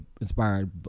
inspired